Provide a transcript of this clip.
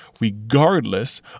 regardless